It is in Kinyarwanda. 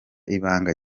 ibanga